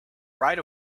right